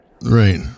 Right